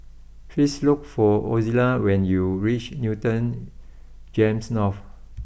please look for Ozella when you reach Newton Gems North